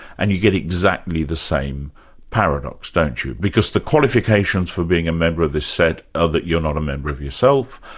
and you get exactly the same paradox, don't you, because the qualifications for being a member of the set are that you're not a member of yourself,